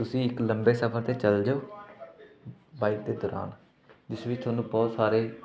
ਤੁਸੀਂ ਇੱਕ ਲੰਬੇ ਸਫ਼ਰ 'ਤੇ ਚਲ ਜਾਓ ਬਾਈਕ ਦੇ ਦੌਰਾਨ ਜਿਸ ਵਿੱਚ ਤੁਹਾਨੂੰ ਬਹੁਤ ਸਾਰੇ